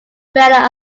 failure